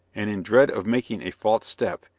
and in dread of making a false step,